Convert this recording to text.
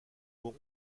pont